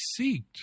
seeked